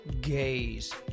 gaze